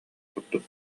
курдук